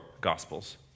Gospels